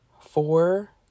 four